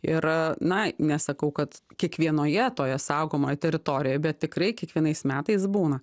ir a nai nesakau kad kiekvienoje toje saugomoje teritorijoje bet tikrai kiekvienais metais būna